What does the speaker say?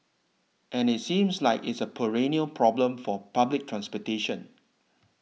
and it seems like it's a perennial problem for public transportation